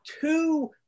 two